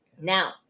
Now